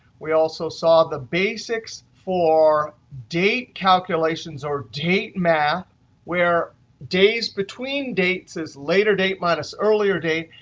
we also saw the basics for date calculations or date math where days between dates is later date minus earlier date.